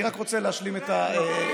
אני רק רוצה להשלים את הטיעון.